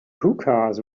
hookahs